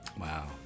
Wow